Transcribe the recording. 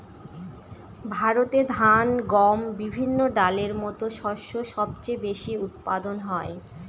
ভারতে ধান, গম, বিভিন্ন ডালের মত শস্য সবচেয়ে বেশি উৎপাদন হয়